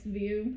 view